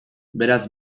beraz